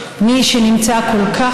לא לא